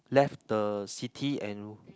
left the city and